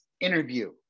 interview